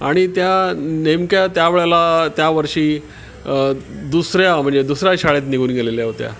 आणि त्या नेमक्या त्या वेळेला त्यावर्षी दुसऱ्या म्हणजे दुसऱ्या शाळेत निघून गेलेल्या होत्या